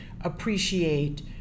appreciate